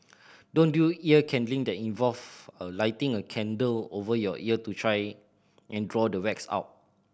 don't do ear candling that involve a lighting a candle over your ear to try and draw the wax out